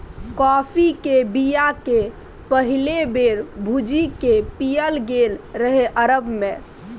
coffee केर बीया केँ पहिल बेर भुजि कए पीएल गेल रहय अरब मे